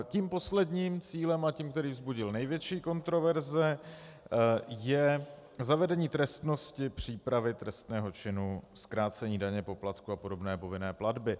Tím posledním cílem a tím, který vzbudil největší kontroverze, je zavedení trestnosti přípravy trestného činu zkrácení daně, poplatku a podobné povinné platby.